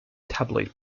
tabloid